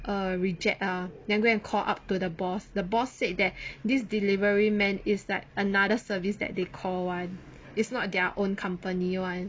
err reject ah then go and call up to the boss the boss said that this delivery man is like another service that they call [one] is not their own company [one]